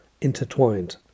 intertwined